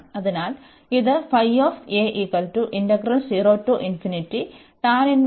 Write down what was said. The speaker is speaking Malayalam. അതിനാൽ ഇത്